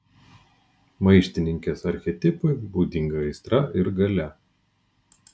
maištininkės archetipui būdinga aistra ir galia